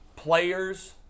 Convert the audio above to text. players